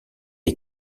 est